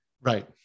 Right